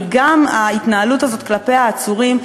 וגם ההתנהלות הזאת כלפי העצורים,